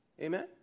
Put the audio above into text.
Amen